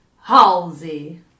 Halsey